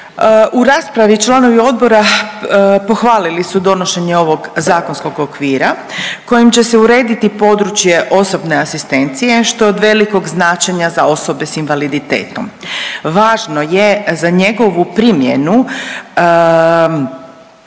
U raspravi članovi odbora pohvalili su donošenje ovog zakonskog okvira kojim će se urediti područje osobne asistencije, što je od velikog značenja za osobe s invaliditetom. Važno je za njegovu primjenu,